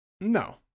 No